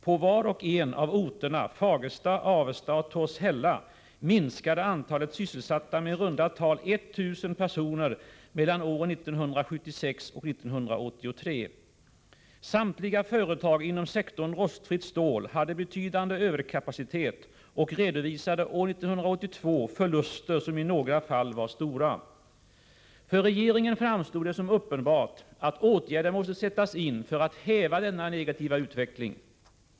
På var och en av orterna Fagersta, Avesta och Torshälla minskade antalet sysselsatta med i runda tal 1 000 personer mellan åren 1976 och 1983. Samtliga företag inom sektorn rostfritt stål hade betydande överkapacitet och redovisade år 1982 förluster, som i några fall var stora. För regeringen framstod det som uppenbart att åtgärder måste sättas in för att häva denna negativa utveckling.